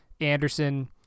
Anderson –